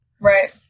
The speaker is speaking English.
Right